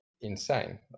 insane